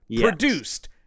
produced